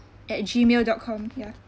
at gmail dot com ya